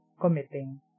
committing